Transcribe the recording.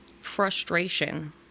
frustration